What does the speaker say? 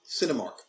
Cinemark